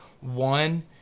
one